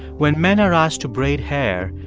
when men are asked to braid hair,